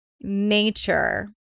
nature